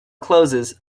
closes